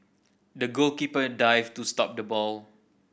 the goalkeeper dived to stop the ball